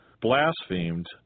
blasphemed